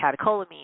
catecholamines